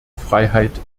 freiheit